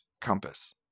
compass